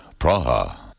Praha